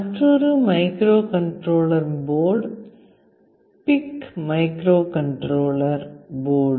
மற்றொரு microcontroller board PIC microcontroller board